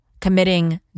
committing